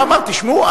ואומר: תשמעו,